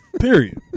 Period